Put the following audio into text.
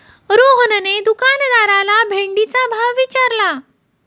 रोहनने दुकानदाराला भेंडीचा भाव विचारला